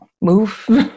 Move